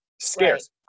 scarce